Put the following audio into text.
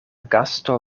gasto